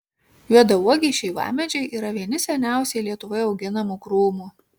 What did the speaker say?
juodauogiai šeivamedžiai yra vieni seniausiai lietuvoje auginamų krūmų